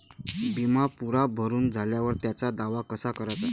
बिमा पुरा भरून झाल्यावर त्याचा दावा कसा कराचा?